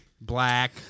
Black